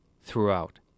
throughout